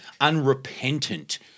unrepentant